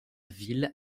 ville